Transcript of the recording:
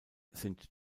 sind